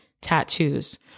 tattoos